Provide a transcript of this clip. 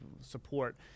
support